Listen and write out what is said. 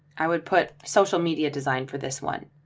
i would put social media design for this one,